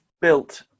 built